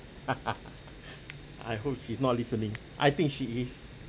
I hope she's not listening I think she is